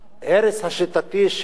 ההרס השיטתי של